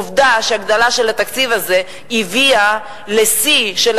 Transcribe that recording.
עובדה שהגדלת התקציב הזה הביאה את מספר